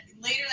later